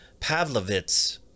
Pavlovitz